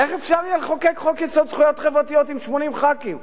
איך אפשר יהיה לחוקק חוק-יסוד: זכויות חברתיות עם 80 חברי כנסת?